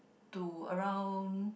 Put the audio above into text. to around